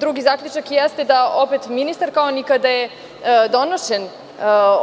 Drugi zaključak jeste da opet ministar, kao ni kada je donošen